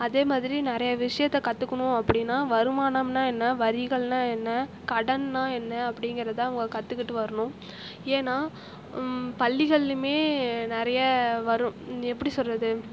அதேமாதிரி நிறைய விஷயத்தை கற்றுக்கணும் அப்படின்னால் வருமானம்னால் என்ன வரிகள்னால் என்ன கடன்னால் என்ன அப்படிங்கறதை அவங்க கற்றுகிட்டு வரணும் ஏன்னா பள்ளிகள்லையும் நிறைய வரும் எப்படி சொல்றது